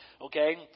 okay